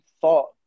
thought